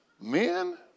Men